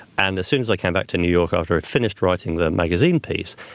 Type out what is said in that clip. and as soon as i came back to new york, after it finished writing the magazine piece,